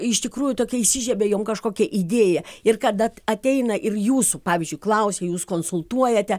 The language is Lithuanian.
iš tikrųjų tokia įsižiebė jom kažkokia idėja ir kada ateina ir jūsų pavyzdžiui klausia jūs konsultuojate